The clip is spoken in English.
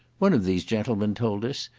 one of these gentlemen told us,